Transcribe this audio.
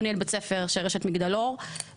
הוא ניהל בית ספר של רשת מגדל אור וראש